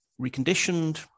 reconditioned